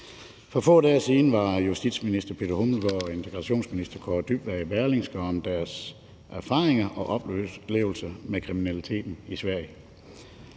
For få dage siden var justitsministeren og integrationsministeren i Berlingske om deres erfaringer og oplevelser med kriminaliteten i Sverige.